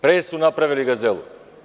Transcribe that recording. Pre su napravili Gazelu.